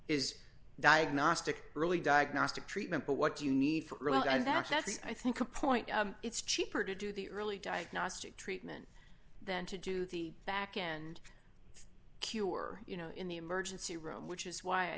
is diagnostic early diagnostic treatment but what you need for really that's that's i think a point it's cheaper to do the early diagnostic treatment than to do the back end cure you know in the emergency room which is why i